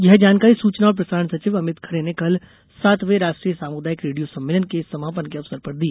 यह जानकारी सुचना और प्रसारण सचिव अमित खरे ने कल सातवें राष्ट्रीय सामुदायिक रेडियो सम्मेलन के समापन के अवसर पर दी